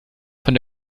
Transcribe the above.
von